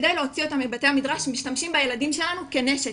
כדי להוציא אותם מבתי המדרש משתמשים בילדים כנשק,